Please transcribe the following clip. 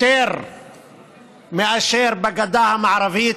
יותר מאשר בגדה המערבית,